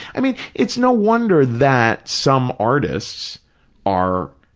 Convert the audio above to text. i mean, it's no wonder that some artists are,